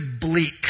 bleak